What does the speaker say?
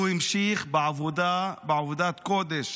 הוא המשיך בעבודת קודש